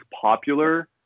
popular